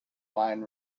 wine